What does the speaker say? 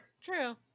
True